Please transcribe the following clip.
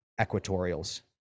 equatorials